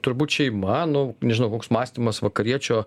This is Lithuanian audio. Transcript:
turbūt šeima nu nežinau koks mąstymas vakariečio